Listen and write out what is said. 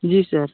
जी sir